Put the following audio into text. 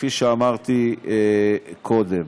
כפי שאמרתי קודם.